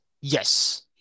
Yes